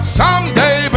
someday